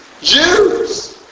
Jews